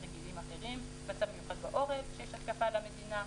רגילים אחרים: מצב מיוחד בעורף כשיש התקפה על המדינה,